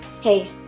Hey